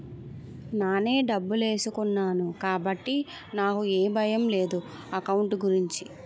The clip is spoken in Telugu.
నానే డబ్బులేసుకున్నాను కాబట్టి నాకు ఏ భయం లేదు ఎకౌంట్ గురించి